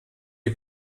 die